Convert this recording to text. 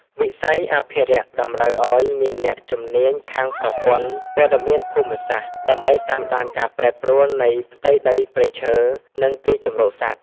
វិស័យអភិរក្សតម្រូវឱ្យមានអ្នកជំនាញខាងប្រព័ន្ធព័ត៌មានភូមិសាស្ត្រ ដើម្បីតាមដានការប្រែប្រួលនៃផ្ទៃដីព្រៃឈើ និងទីជម្រកសត្វ។